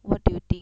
what do you think